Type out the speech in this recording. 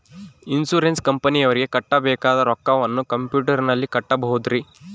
Insurance ಕಂಪನಿಯವರಿಗೆ ಕಟ್ಟಬೇಕಾದ ರೊಕ್ಕವನ್ನು ಕಂಪ್ಯೂಟರನಲ್ಲಿ ಕಟ್ಟಬಹುದ್ರಿ?